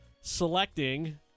selecting